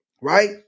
right